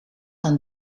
een